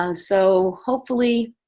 um so hopefully,